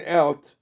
out